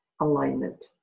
alignment